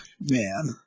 man